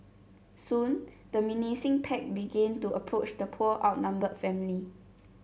soon the menacing pack began to approach the poor outnumbered family